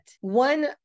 One